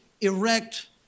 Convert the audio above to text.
erect